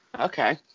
Okay